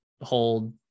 hold